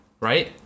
right